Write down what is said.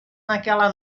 naquela